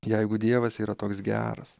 jeigu dievas yra toks geras